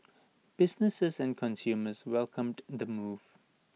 businesses and consumers welcomed the move